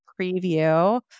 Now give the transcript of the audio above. preview